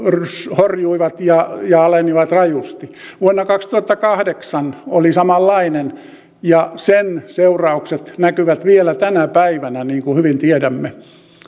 horjuivat ja ja alenivat rajusti vuonna kaksituhattakahdeksan oli samanlainen ja sen seuraukset näkyvät vielä tänä päivänä niin kuin hyvin tiedämme